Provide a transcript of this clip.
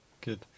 good